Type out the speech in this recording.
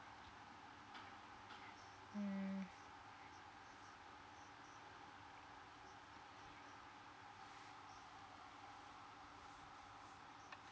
mm